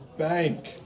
Bank